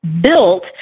built